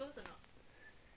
you tell me